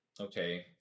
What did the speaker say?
Okay